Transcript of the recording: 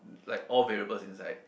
like all variables inside